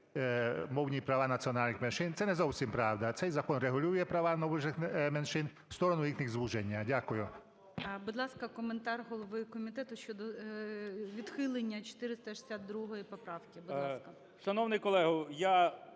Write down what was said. мовні права національних меншин, це не зовсім правда, цей закон регулює права меншин в сторону їх звуження. Дякую. ГОЛОВУЮЧИЙ. Будь ласка, коментар голови комітету щодо відхилення 462 поправки. Будь ласка.